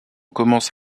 commence